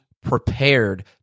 prepared